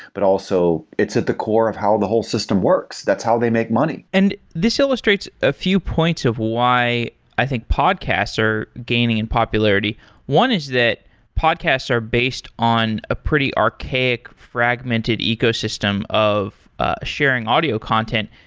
but also it's at the core of how the whole system works. that's how they make money and this illustrates a few points of why i think podcasts are gaining in popularity one is that podcasts are based on a pretty archaic fragmented ecosystem of ah sharing audio content.